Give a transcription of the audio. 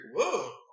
Whoa